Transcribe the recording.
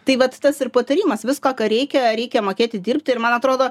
tai vat tas ir patarimas viską ką reikia reikia mokėti dirbti ir man atrodo